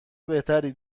بهتری